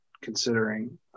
considering